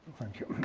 thank you.